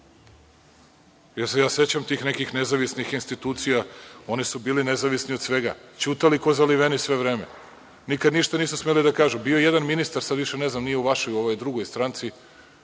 jer se ja sećam tih nekih nezavisnih institucija, one su bile nezavisne od svega? Ćutali kao zaliveni sve vreme, nikad ništa nisu smeli da kažu. Bio je jedan ministar, sada više ne znam, nije u vašoj, u ovoj drugoj stranci.